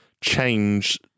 change